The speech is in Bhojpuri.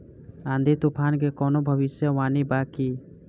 आँधी तूफान के कवनों भविष्य वानी बा की?